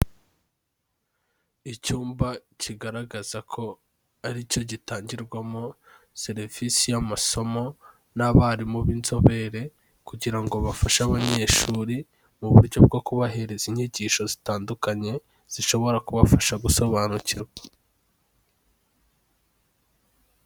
Icyumba kigaragaza ko ari cyo gitangirwamo serivisi y'amasomo n'abarimu b'inzobere kugira ngo bafashe abanyeshuri mu buryo bwo kubahereza inyigisho zitandukanye zishobora kubafasha gusobanukirwa.